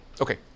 Okay